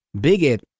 bigot